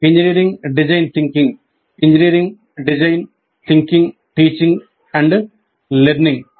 engineering design thinking "engineering design thinking teaching and learning" httpwww